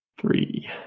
Three